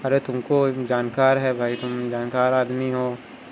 ارے تم کو جانکار ہے بھائی تم جانکار آدمی ہو